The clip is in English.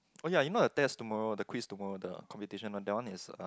oh ya you know the test tomorrow the quiz tomorrow the competition one that one is a